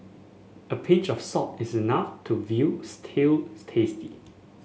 a pinch of salt is enough to veal stew's tasty